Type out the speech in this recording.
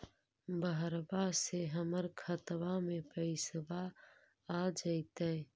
बहरबा से हमर खातबा में पैसाबा आ जैतय?